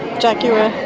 jaguar,